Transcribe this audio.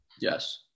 Yes